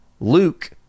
Luke